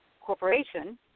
corporation